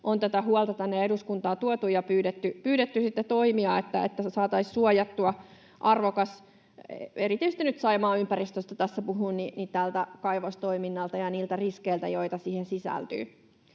on tätä huolta tänne eduskuntaan tuotu ja pyydetty toimia, että se saataisiin suojattua — erityisesti nyt Saimaan ympäristöstä tässä puhun — tältä kaivostoiminnalta ja niiltä riskeiltä, joita siihen sisältyy.